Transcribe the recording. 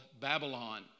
Babylon